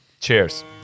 Cheers